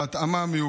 בהתאמה,